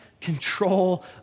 control